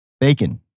bacon